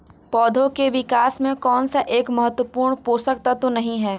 पौधों के विकास में कौन सा एक महत्वपूर्ण पोषक तत्व नहीं है?